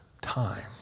time